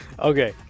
Okay